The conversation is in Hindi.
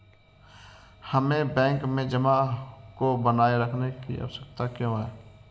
हमें बैंक में जमा को बनाए रखने की आवश्यकता क्यों है?